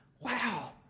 Wow